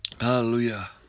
hallelujah